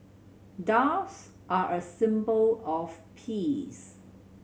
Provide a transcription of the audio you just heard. doves are a symbol of peace